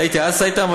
אתה התייעצת אתם,